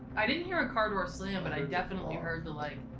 i didn't hear a car door slam but i definitely heard the like,